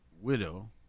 widow